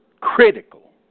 critical